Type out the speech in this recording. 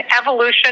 evolution